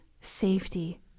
safety